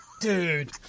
dude